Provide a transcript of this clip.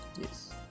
Yes